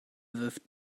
wirft